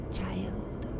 Child